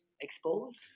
exposed